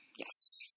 Yes